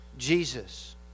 Jesus